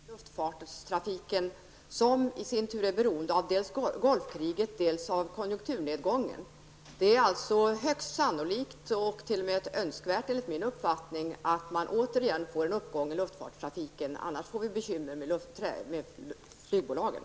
Fru talman! Jag vill göra en kommentar till Roy Ottossons påstående om lättnader i trängseln på Arlanda. Lättnaderna på Arlanda beror på nedgången i luftfartstrafiken. Den beror i sin tur på dels Gulfkriget, dels konjunkturnedgången. Det är således högst sannolikt och t.o.m. önskvärt enligt min uppfattning att det återigen blir en uppgång i luftfartstrafiken. I annat fall får vi bekymmer med flygbolagen.